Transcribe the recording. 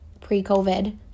pre-covid